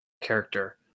character